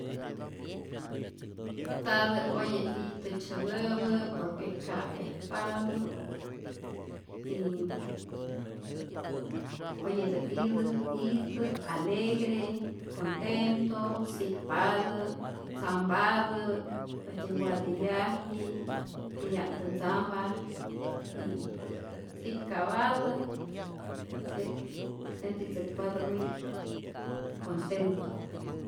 Ntatä oye itä tzyätäpä por que ka'e'jpatä y oyetä itä, isä alegre, contento, sikpatä, tzampatä äjtyä ncuadrillaji'k, titya'mtä ntzampa y sik'ka'patä, asi es que sentitzäkpatä muy contento.